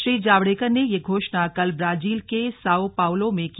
प्रकाश जावडेकर ने ये घोषणा कल ब्राजील के साओ पावलो में की